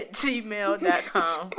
gmail.com